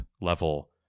level